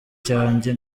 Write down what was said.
cyanjye